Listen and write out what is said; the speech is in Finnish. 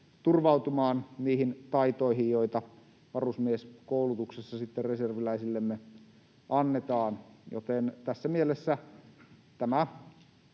turvautumaan niihin taitoihin, joita varusmieskoulutuksessa reserviläisillemme annetaan, joten tässä mielessä tämä